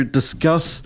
discuss